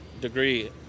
degree